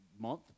month